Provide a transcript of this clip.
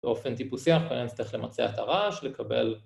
באופן טיפוסי אנחנו בעצם צריך למצוא את הרעש לקבל